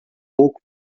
pouco